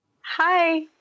Hi